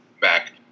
back